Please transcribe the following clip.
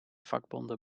vakbonden